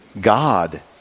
God